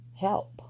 help